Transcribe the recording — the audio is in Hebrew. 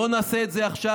בוא נעשה את זה עכשיו,